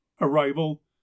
Arrival